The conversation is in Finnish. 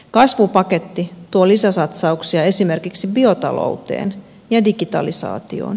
kasvupaketti tuo lisäsatsauksia esimerkiksi biotalouteen ja digitalisaatioon